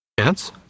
Chance